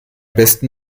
besten